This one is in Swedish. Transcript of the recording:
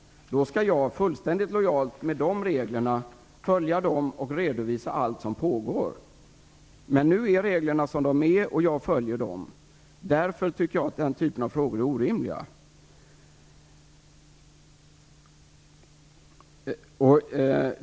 Då skall jag, fullständigt lojalt med de reglerna, följa dem och redovisa allt som pågår. Men nu är reglerna som de är, och jag följer dem. Därför tycker jag att den typen av frågor är orimliga.